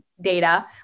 data